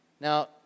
Now